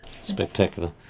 Spectacular